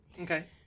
Okay